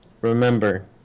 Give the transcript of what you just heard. Remember